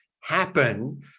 happen